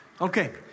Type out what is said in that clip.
Okay